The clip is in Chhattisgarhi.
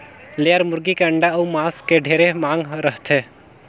लेयर मुरगी के अंडा अउ मांस के ढेरे मांग रहथे